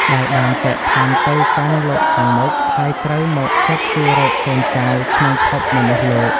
ដែលបានចែកឋានទៅកាន់លោកខាងមុខ ហើយត្រូវមកស៊ើបសួររកកូនចៅក្នុងភពមនុស្សលោក។